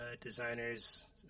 designers